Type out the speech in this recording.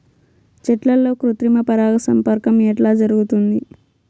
చెట్లల్లో కృత్రిమ పరాగ సంపర్కం ఎట్లా జరుగుతుంది?